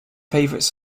favorite